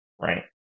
right